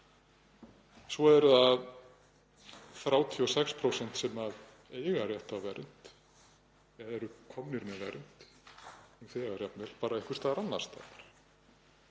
Svo eru það 36% sem eiga rétt á vernd, eða eru komnir með vernd, nú þegar jafnvel, bara einhvers staðar annars staðar.